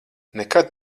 nekad